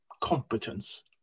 competence